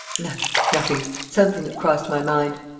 nothing. nothing. something that crossed my mind.